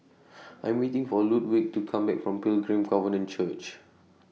I'm waiting For Ludwig to Come Back from Pilgrim Covenant Church